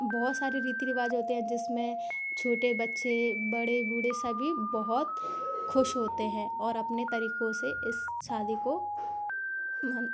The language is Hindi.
बहुत सारे रीति रिवाज होते हैं जिसमें छोटे बच्चे बड़े बूढ़े सभी बहुत खुश होते हैं और अपने तरीकों से इस शादी को